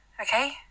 Okay